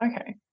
Okay